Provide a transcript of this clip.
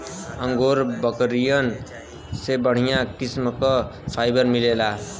angora बकरियन से बढ़िया किस्म क फाइबर मिलला